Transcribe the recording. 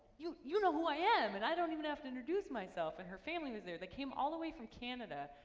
you you know who i am and i don't even have to introduce myself. and her family was there, they came all the way from canada,